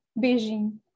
Beijing